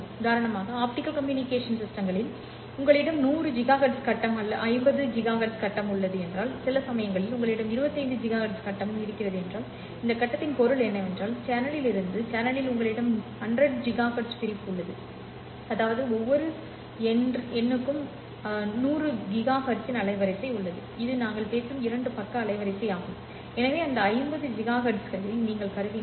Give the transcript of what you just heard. உதாரணமாக optical communication சிஸ்டங்களில் உங்களிடம் 100 ஜிகாஹெர்ட்ஸ் கட்டம் 50 ஜிகாஹெர்ட்ஸ் கட்டம் உள்ளது சில சமயங்களில் உங்களிடம் 25 ஜிகா ஹெர்ட்ஸ் கட்டமும் உள்ளது இந்த கட்டத்தின் பொருள் என்னவென்றால் சேனலில் இருந்து சேனலில் உங்களிடம் 100 ஜிகாஹெர்ட்ஸ் பிரிப்பு உள்ளது அதாவது ஒவ்வொரு n க்கும் 100 கிகாஹெர்ட்ஸின் அலைவரிசை உள்ளது இது நாங்கள் பேசும் இரண்டு பக்க அலைவரிசை ஆகும் எனவே அந்த 50 ஜிகாஹெர்ட்ஸில் நீங்கள் கருதினால்